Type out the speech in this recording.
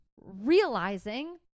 realizing